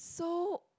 so